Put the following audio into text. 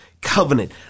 covenant